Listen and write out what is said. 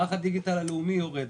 מערך הדיגיטל הלאומי יורד.